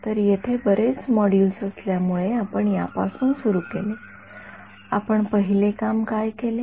तर येथे बरेच मॉड्यूल असल्यामुळे आपण यापासून सुरु केले आपण पहिले काम काय केले